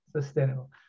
Sustainable